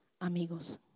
amigos